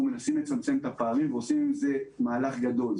מנסים לצמצם את הפערים ועושים עם זה מהלך גדול.